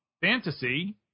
Fantasy